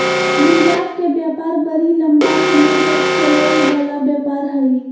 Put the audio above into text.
निर्यात के व्यापार बड़ी लम्बा समय तक चलय वला व्यापार हइ